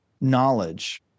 knowledge